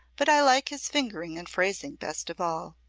but i like his fingering and phrasing best of all.